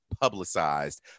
publicized